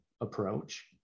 approach